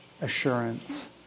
assurance